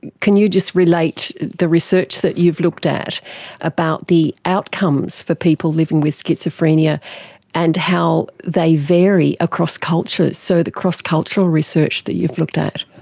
can you just relate the research that you've looked at about the outcomes for people living with schizophrenia and how they vary across cultures, so the cross-cultural research that you've looked at?